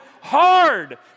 hard